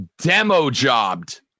demo-jobbed